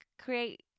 create